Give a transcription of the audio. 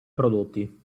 prodotti